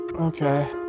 Okay